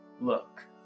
look